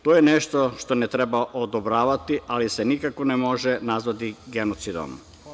To je nešto što ne treba odobravati ali se nikako ne može nazvati genocidom.